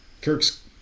Kirks